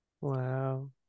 wow